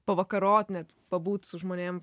pavakarot net pabūt su žmonėm